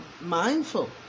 mindful